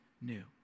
new